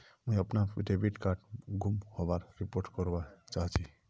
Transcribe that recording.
मुई अपना debit card गूम होबार रिपोर्ट करवा चहची